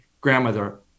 grandmother